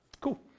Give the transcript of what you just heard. Cool